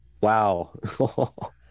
Wow